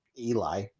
Eli